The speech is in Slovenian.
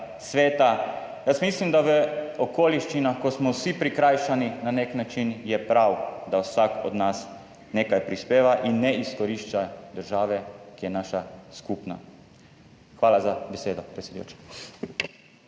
sveta. Jaz mislim, da v okoliščinah, ko smo vsi na nek način prikrajšani, je prav, da vsak od nas nekaj prispeva in ne izkorišča države, ki je naša skupna. Hvala za besedo, predsedujoča.